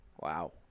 Wow